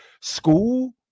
school